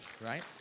right